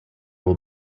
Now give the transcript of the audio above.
will